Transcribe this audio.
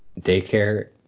Daycare